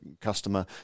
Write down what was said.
customer